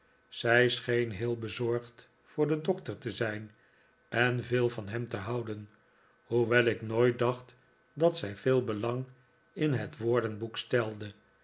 zij scheen heel bezorgd voor den doctor te zijn en veel van hem te houden hoewel ik nooit dacht dat zij veel belang in het woordenboek stelde